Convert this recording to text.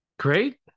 Great